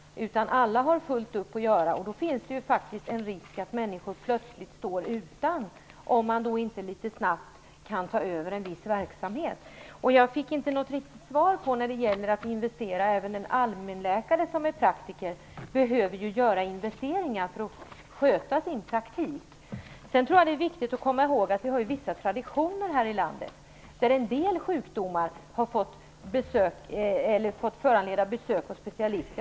Alla har fullt upp att göra. Då finns det faktiskt en risk att människor plötsligt står utan vård om det inte finns någon som litet snabbt kan ta över en viss verksamhet. Jag fick inte något riktigt svar när det gäller investeringar. Även en allmänläkare som är praktiker behöver ju göra investeringar för att sköta sin praktik. Sedan tror jag att det är viktigt att komma ihåg att vi har vissa traditioner här i landet. En del sjukdomar har fått föranleda besök hos specialister.